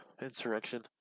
insurrection